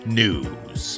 news